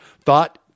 thought